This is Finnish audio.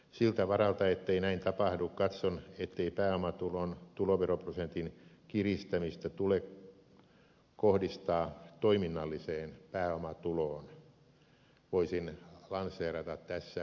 siltä varalta ettei näin tapahdu katson ettei pääomatulon tuloveroprosentin kiristämistä tule kohdistaa toiminnalliseen pääomatuloon voisin lanseerata tässä uuden termin